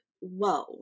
whoa